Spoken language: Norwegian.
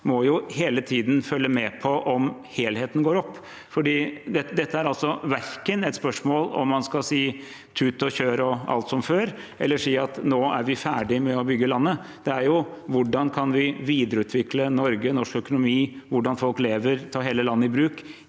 – hele tiden må følge med på om helheten går opp. Dette er ikke et spørsmål om man skal si «tut og kjør og alt som før», eller si «nå er vi ferdige med å bygge landet». Dette handler om hvordan vi kan videreutvikle Norge, norsk økonomi og hvordan folk lever, og hvordan vi kan